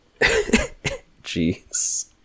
jeez